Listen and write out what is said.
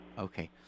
Okay